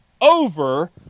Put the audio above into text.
over